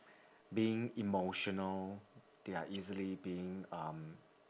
being emotional they are easily being um